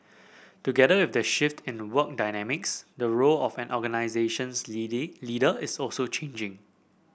together with the shift in work dynamics the role of an organisation's leader is also changing